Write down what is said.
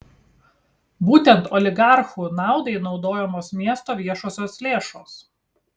būtent oligarchų naudai naudojamos miesto viešosios lėšos